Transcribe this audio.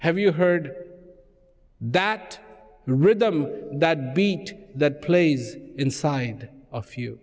have you heard that rhythm that beat that plays inside a few